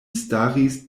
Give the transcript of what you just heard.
staris